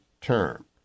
term